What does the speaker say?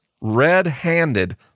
red-handed